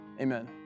Amen